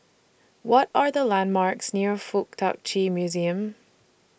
What Are The landmarks near Fuk Tak Chi Museum